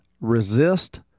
Resist